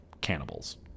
cannibals